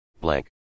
blank